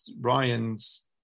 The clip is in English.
ryan's